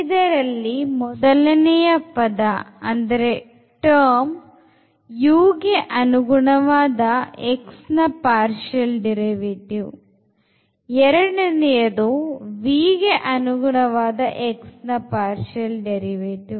ಇದರಲ್ಲಿ ಮೊದಲನೆಯ ಪದ u ಗೆ ಅನುಗುಣವಾದ x ನ partial derivative ಎರಡನೆಯದು v ಗೆ ಅನುಗುಣವಾದ x ನ partial derivative